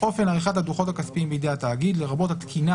אופן עריכת הדוחות הכספיים בידי התאגיד לרבות התקינה